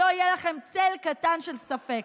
שלא יהיה לכם צל קטן של ספק.